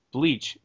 Bleach